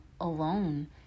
alone